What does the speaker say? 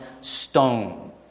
stone